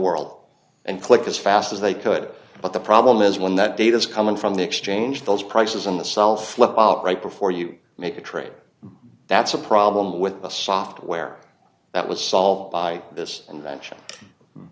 world and click as fast as they could but the problem is one that data is coming from the exchange those prices on the cell flip out right before you make a trade that's a problem with the software that was solved by this and